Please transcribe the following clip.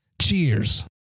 Cheers